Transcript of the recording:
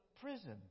prison